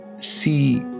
see